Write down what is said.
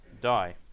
die